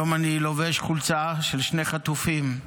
היום אני לובש חולצה של שני חטופים,